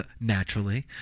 naturally